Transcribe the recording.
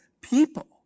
people